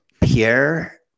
Pierre